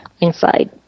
inside